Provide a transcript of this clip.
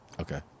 Okay